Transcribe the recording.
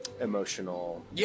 emotional